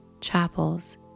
chapels